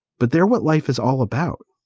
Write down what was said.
but they're what life is all about